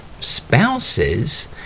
spouses